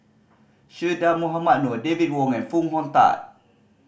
Che Dah Mohamed Noor David Wong and Foo Hong Tatt